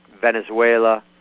Venezuela